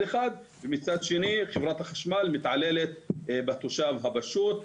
אחד ומצד שני חברת החשמל מתעללת בתושב הפשוט.